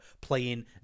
playing